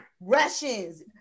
russians